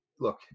Look